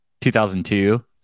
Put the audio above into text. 2002